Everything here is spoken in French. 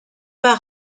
pas